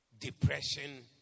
depression